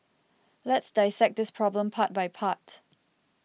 let's dissect this problem part by part